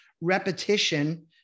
repetition